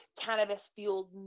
cannabis-fueled